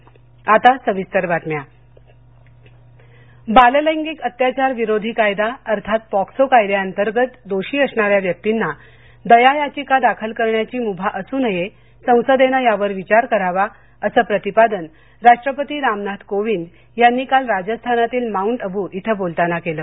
राष्टपती बाललैंगिक अत्याचार विरोधी कायदा अर्थात पॉक्सो कायद्याअंतर्गत दोषी असणाऱ्या व्यक्तींना दया याचिका दाखल करण्याची मुभा असू नये संसदेनं यावर विचार करावा असं प्रतिपादन राष्ट्रपती रामनाथ कोविंद यांनी काल राजस्थानातील माउंट अबू इथं बोलताना केलं